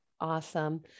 Awesome